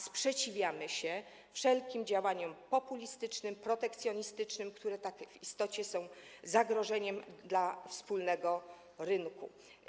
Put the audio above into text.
Sprzeciwiamy się wszelkim działaniom populistycznym, protekcjonistycznym, które w istocie są zagrożeniem dla wspólnego rynku.